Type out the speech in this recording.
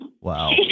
wow